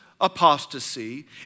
apostasy